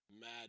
mad